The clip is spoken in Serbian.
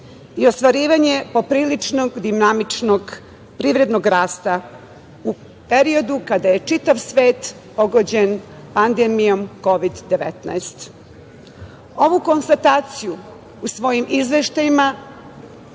i ostvarivanje popriličnog dinamičnog privrednog rasta u periodu kada je čitav svet pogođen pandemijom Kovid 19. Ovu konstataciju u svojim izveštajima